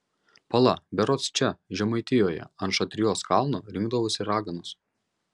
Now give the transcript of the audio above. pala berods čia žemaitijoje ant šatrijos kalno rinkdavosi raganos